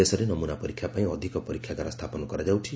ଦେଶରେ ନମ୍ରନା ପରୀକ୍ଷା ପାଇଁ ଅଧିକ ପରୀକ୍ଷାଗାର ସ୍ଥାପନ କରାଯାଉଛି